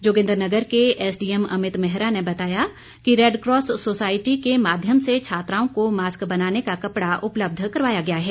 जोगिन्द्रनगर के S DM Amit Mehra ने बताया कि रैडक्रॉस सोसायटी के माध्यम से छात्राओं को मास्क बनाने का कपड़ा उपलब्ध करवाया गया है